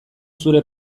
zure